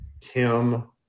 Tim